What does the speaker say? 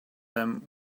them